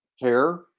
hair